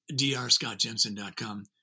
drscottjensen.com